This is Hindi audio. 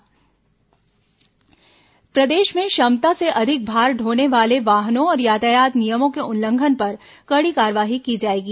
परिवहन बैठक प्रदेश में क्षमता से अधिक भार ढोने वाले वाहनों और यातायात नियमों के उल्लंघन पर कड़ी कार्रवाई की जाएगी